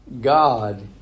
God